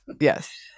Yes